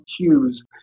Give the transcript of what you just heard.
cues